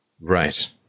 Right